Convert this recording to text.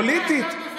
פוליטית,